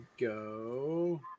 go